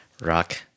Rock